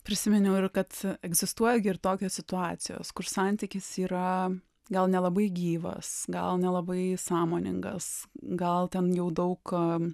prisiminiau kad egzistuoja gi ir tokios situacijos kur santykis yra gal nelabai gyvas gal nelabai sąmoningas gal ten jau daug